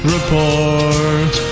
Report